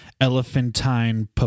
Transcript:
Elephantine